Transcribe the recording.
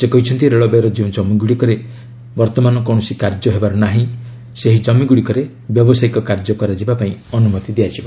ସେ କହିଛନ୍ତି ରେଳବାଇର ଯେଉଁ ଜମିଗୁଡ଼ିକରେ ବର୍ତ୍ତମାନ କୌଣସି କାର୍ଯ୍ୟ ହେବାର ନାହିଁ ସେହି ଜମିଗୁଡ଼ିକରେ ବ୍ୟବସାୟିକ କାର୍ଯ୍ୟ କରାଯିବା ପାଇଁ ଅନୁମତି ଦିଆଯିବ